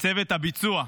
צוות הביצוע,